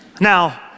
Now